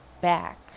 back